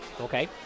Okay